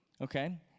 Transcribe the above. okay